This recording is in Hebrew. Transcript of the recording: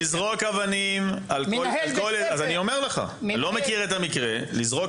לזרוק אבנים על כל אדם --- פתאום אתה לא מכיר את המקרה.